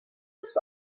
lose